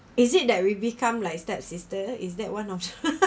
is it that we become like step sister is that one of